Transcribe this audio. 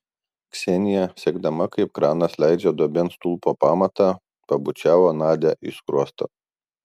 ksenija sekdama kaip kranas leidžia duobėn stulpo pamatą pabučiavo nadią į skruostą